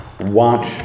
Watch